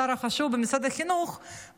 השר החשוב במשרד החינוך,